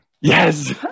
Yes